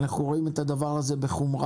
אנחנו רואים את הדבר הזה בחומרה,